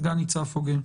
סגן ניצב פוגל.